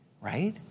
right